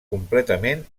completament